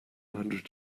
hundred